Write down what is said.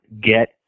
get